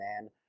man